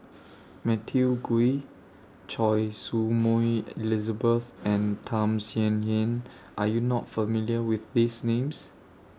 Matthew Ngui Choy Su Moi Elizabeth and Tham Sien Yen Are YOU not familiar with These Names